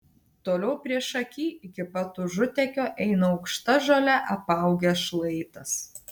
toliau priešaky iki pat užutekio eina aukšta žole apaugęs šlaitas